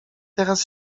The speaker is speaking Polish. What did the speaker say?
teraz